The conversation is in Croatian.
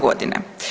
Godine.